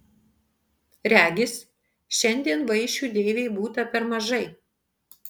regis šiandien vaišių deivei būta per mažai